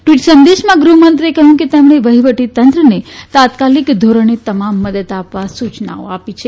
tweet સંદેશમાં ગૃહમંત્રીએ કહ્યું કે તેમણે વહીવટીતંત્રને તાત્કાલિક ધોરણે તમામ મદદ આપવા સૂચના આપી છે